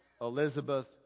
Elizabeth